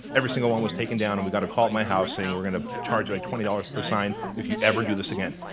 sing one was taken down, and we got a call at my house saying, we're gonna charge like twenty dollars per sign if you ever do this again.